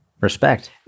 Respect